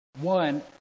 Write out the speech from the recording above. One